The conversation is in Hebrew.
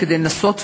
כדי לנסות לבחון,